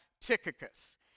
Tychicus